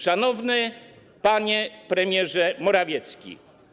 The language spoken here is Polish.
Szanowny Panie Premierze Morawiecki!